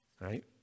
Right